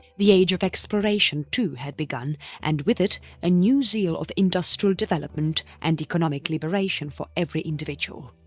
the age of exploration too had begun and with it a new zeal of industrial development and economic liberation for every individual.